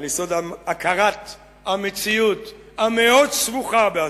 על יסוד הכרת המציאות המאוד-סבוכה באזורנו,